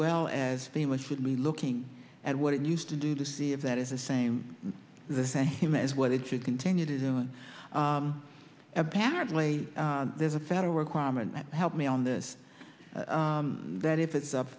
well as being with should be looking at what it used to do to see if that is the same the same as what it should continue to doing apparently there's a federal requirement that help me on this that if it's